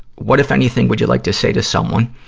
what, if anything, would you like to say to someone?